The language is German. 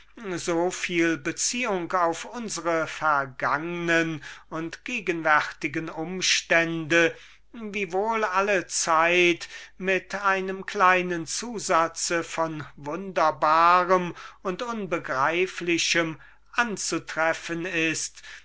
so viel beziehung auf unsre vergangne und gegenwärtige umstände wiewohl allezeit mit einem kleinen zusatz von wunderbarem und unbegreiflichem anzutreffen ist